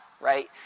right